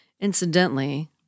Incidentally